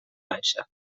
baixa